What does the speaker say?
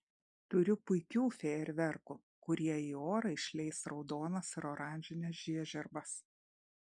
turiu puikių fejerverkų kurie į orą išleis raudonas ir oranžines žiežirbas